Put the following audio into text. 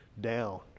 down